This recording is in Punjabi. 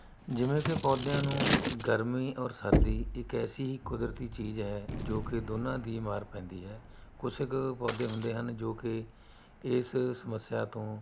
ਜਿਵੇਂ ਕਿ ਪੌਦਿਆਂ ਨੂੰ ਗਰਮੀ ਔਰ ਸਰਦੀ ਇੱਕ ਐਸੀ ਕੁਦਰਦੀ ਚੀਜ਼ ਹੈ ਜੋ ਕਿ ਦੋਨਾਂ ਦੀ ਮਾਰ ਪੈਂਦੀ ਹੈ ਕੁਛ ਕੁ ਪੌਦੇ ਹੁੰਦੇ ਹਨ ਜੋ ਕਿ ਇਸ ਸਮੱਸਿਆਂ ਤੋਂ